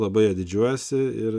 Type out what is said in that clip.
labai ja didžiuojasi ir